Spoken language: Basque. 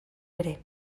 ere